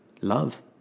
love